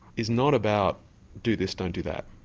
is not about do this, don't do that.